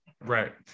Right